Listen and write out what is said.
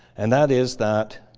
and that is that